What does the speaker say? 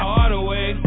Hardaway